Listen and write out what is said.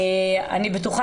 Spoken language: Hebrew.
אני בטוחה